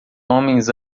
homens